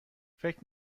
فکر